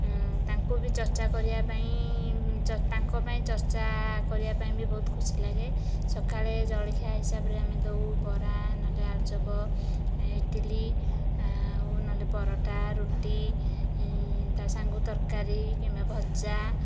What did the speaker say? ତାଙ୍କୁ ବି ଚର୍ଚ୍ଚା କରିବାପାଇଁ ତାଙ୍କପାଇଁ ଚର୍ଚ୍ଚା କରିବାପାଇଁ ବି ବହୁତ୍ ଖୁସି ଲାଗେ ସକାଳେ ଜଳଖିଆ ହିସାବରେ ଆମେ ଦେଉ ବରା ନହେଲେ ଆଳୁଚପ୍ ଇଟିଲି ଆଉ ନହେଲେ ପରଟା ରୁଟି ତା ସାଙ୍ଗକୁ ତରକାରୀ କିମ୍ବା ଭଜା